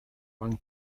one